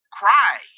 cry